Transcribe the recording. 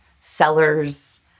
sellers